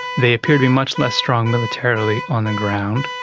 they appear to be much less strong militarily on the ground.